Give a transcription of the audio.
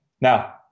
Now